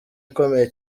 ikomeye